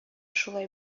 шулай